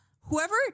whoever